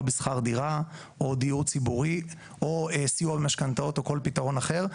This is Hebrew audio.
בשכר דירה או דיור ציבורי או סיוע במשכנתאות או כל פתרון אחר,